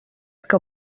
que